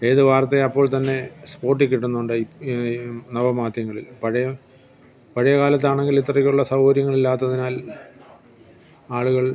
ഏത് വാർത്തയും അപ്പോൾ തന്നെ സ്പോട്ടിൽ കിട്ടുന്നുണ്ട് ഈ ഈ നവ മാധ്യങ്ങളിൽ പഴയ പഴയ കാലത്താണെങ്കിൽ ഇത്രയ്ക്കുള്ള സൗകര്യങ്ങളില്ലാത്തതിനാൽ ആളുകൾ